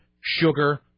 sugar